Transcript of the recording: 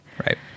Right